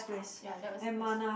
ya that was the best